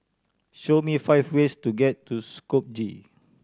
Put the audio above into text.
show me five ways to get to Skopje